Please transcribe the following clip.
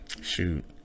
Shoot